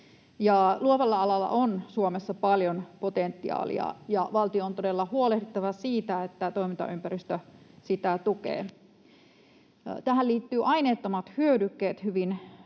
Luovalla alalla on Suomessa paljon potentiaalia, ja valtion on todella huolehdittava siitä, että toimintaympäristö sitä tukee. Tähän liittyvät aineettomat hyödykkeet hyvin